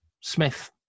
Smith